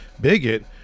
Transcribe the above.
bigot